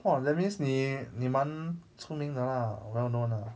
!wah! that means 你你蛮出名的 lah well known lah